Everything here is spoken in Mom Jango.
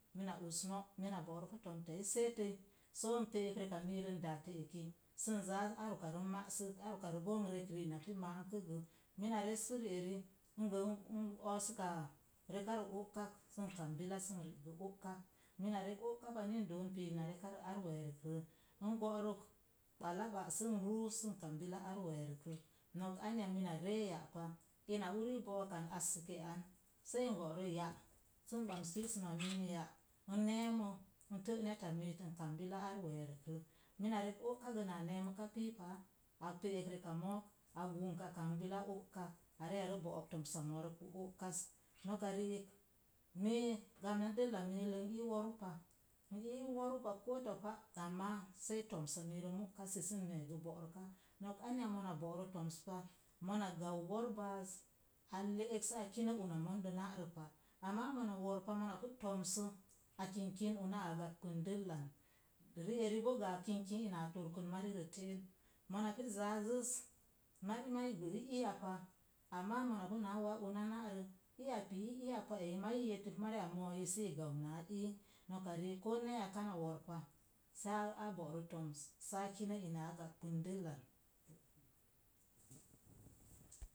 Mina us no’ mina bo'rə pu tomteai seetəi, soo n pe'ek reka miirə n daatə eki sən zaa ar ukarə n ma'sək, ar ukarə boo n rek rii napu ma'ənkək gə. Mina respu ri'eri, ngə n oosək kaa rekara ookak sən kambila sən riigə oga. Mina rek o'kapa ni n doon puk, nare kurə ar weerək rə, n go'rək balaba sən ruu sən kam bila ar weerəkrə. Nok anya mina ree ya'pa, ina uni bokokan assəko am sai n go'rə ya’ sən bams kiisəma miim ya n neemə, n tə neta miit n kam bila ar weerəkrə. Mina rek o'ka gə naa neoməka piipaa, pe'ek reka mook a gunnk a kauk bila o'ka a ree are bo'ok tomsa moorə pu o'kas. Noka riik, mii gamma dəlla mikə nii woruu pa, n ii woruu pa koo topa, amaa sai tomsa miirə múkassi sən mee gə bo'rəka. Nok anya mona bo'rə tomspa, mona gau worbaaz, a le'ek saa kinə una mondə na'rəpa, amaa mona worpa mona pu toomsə a kingkən unaa a gagbən dəllan. Ri'eri boo gə a kingk kin maa torkan marirə telen, mona pu zaazəz, marimaa gə i iya pa. Amaa mona pu naa wa una nairə, iya pii i iya pa ei maa i yetək mariya mooi sii gau na ii. Noka riik ko neya kana worpa, saa go'rə toms saa kinə ina a gagbən dəllan.